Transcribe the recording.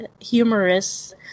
humorous